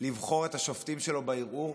לבחור את השופטים שלו בערעור,